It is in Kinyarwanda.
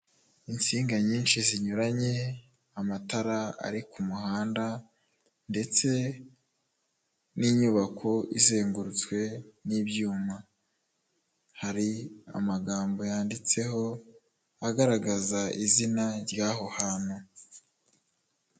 Insinga nyinshi zinyuranye, amatara ari ku muhanda ndetse n'inyubako izengurutswe n'ibyuma. Hari amagambo yanditseho agaragaza izina ry'aho hantu.